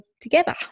together